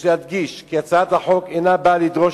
יש להדגיש כי הצעת החוק אינה באה לדרוש